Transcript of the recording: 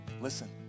listen